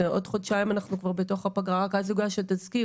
עוד חודשיים אנחנו כבר בתוך הפגרה ורק אז יוגש התזכיר,